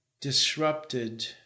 disrupted